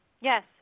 Yes